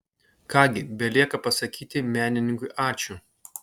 ką gi belieka pasakyti menininkui ačiū